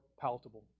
palatable